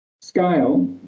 scale